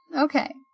Okay